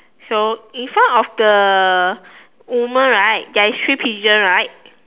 so in front of the woman right there is three pigeon right